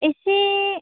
एसे